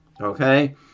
okay